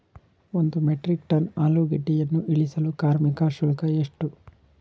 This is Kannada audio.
ಒಂದು ಮೆಟ್ರಿಕ್ ಟನ್ ಆಲೂಗೆಡ್ಡೆಯನ್ನು ಇಳಿಸಲು ಕಾರ್ಮಿಕ ಶುಲ್ಕ ಎಷ್ಟು?